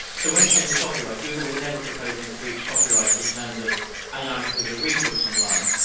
so when it came to copyright, google were never proposing to breach copyright in terms of allowing people to read books online,